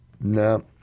No